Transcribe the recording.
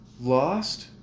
lost